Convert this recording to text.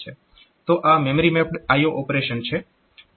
તો આ memory mapped IO operation છે